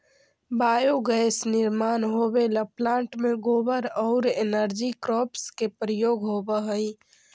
biogas निर्माण होवेला plant में गोबर औउर एनर्जी क्रॉप्स के प्रयोग होवऽ हई